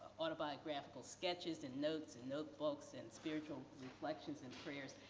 autobiographical sketches and notes and notebooks and spiritual reflections and prayers.